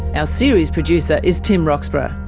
ah series producer is tim roxburgh,